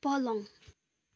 पलङ